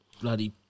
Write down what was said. bloody